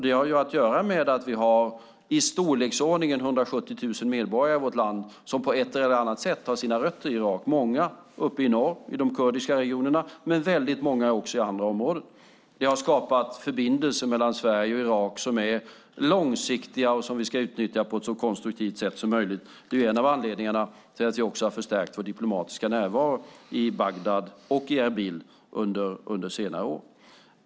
Det har att göra med att vi har i storleksordningen 170 000 medborgare i vårt land som på ett eller annat sätt har sina rötter i Irak, många uppe i norr, i de kurdiska regionerna, men väldigt många också i andra områden. Det har skapat förbindelser mellan Sverige och Irak som är långsiktiga och som vi ska utnyttja på ett så konstruktivt sätt som möjligt. Det är en av anledningarna till att vi under senare år har förstärkt vår diplomatiska närvaro i Bagdad och Erbil.